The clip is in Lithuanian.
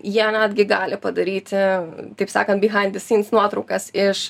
jie netgi gali padaryti taip sakant behing the scenes nuotraukas iš